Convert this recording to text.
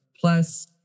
plus